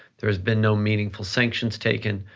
there has been no meaningful sanctions taken,